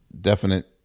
definite